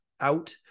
out